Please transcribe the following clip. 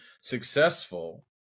successful